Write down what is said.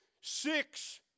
Six